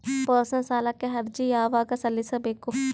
Personal ಸಾಲಕ್ಕೆ ಅರ್ಜಿ ಯವಾಗ ಸಲ್ಲಿಸಬೇಕು?